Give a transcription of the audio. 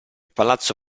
palazzo